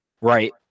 Right